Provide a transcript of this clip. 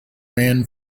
man